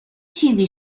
چیزی